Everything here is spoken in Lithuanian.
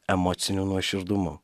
emociniu nuoširdumu